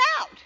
out